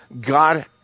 God